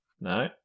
No